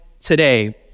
today